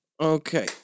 Okay